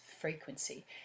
frequency